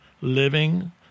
living